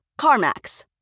CarMax